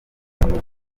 buzima